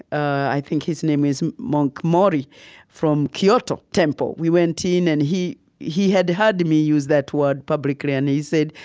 i think his name is monk mori from kyoto temple. we went in, and he he had heard me use that word publicly, and he said,